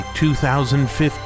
2015